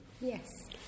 Yes